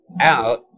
out